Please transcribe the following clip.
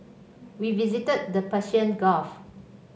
we visited the Persian Gulf